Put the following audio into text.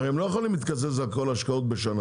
הרי הם לא יכולים להתקזז על כל ההשקעות בשנה,